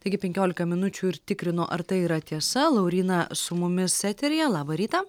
taigi penkiolika minučių ir tikrino ar tai yra tiesa lauryna su mumis eteryje labą rytą